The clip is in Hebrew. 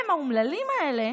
הם, האומללים האלה,